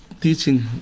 teaching